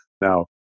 Now